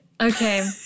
Okay